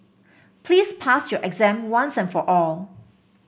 please pass your exam once and for all